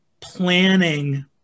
planning